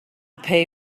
pay